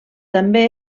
també